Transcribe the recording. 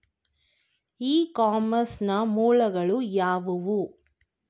E commerce ನ ಮೂಲಗಳು ಯಾವುವು?